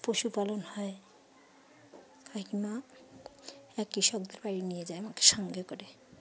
পশুপালন হয় কাকিমা এক কৃষকদের বাড়ি নিয়ে যান সঙ্গে করে